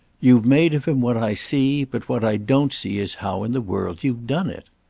you've made of him what i see, but what i don't see is how in the world you've done it.